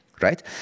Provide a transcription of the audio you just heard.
right